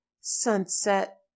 sunset